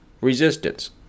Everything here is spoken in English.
resistance